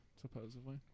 supposedly